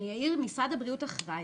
משרד הבריאות אחראי.